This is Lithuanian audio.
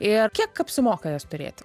ir kiek apsimoka jas turėti